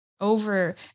over